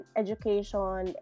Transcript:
education